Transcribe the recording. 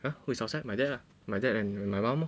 !huh! who's outside my dad uh my dad and my mom lor